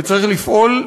וצריך לפעול,